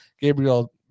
Gabriel